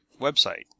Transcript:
website